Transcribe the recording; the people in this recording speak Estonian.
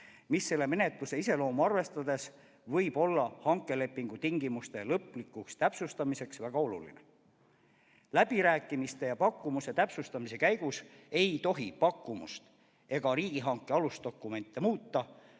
mis selle menetluse iseloomu arvestades võib olla hankelepingu tingimuste lõplikuks täpsustamiseks väga oluline. Läbirääkimiste ja pakkumuse täpsustamise käigus ei tohi pakkumust ega riigihanke alusdokumente muuta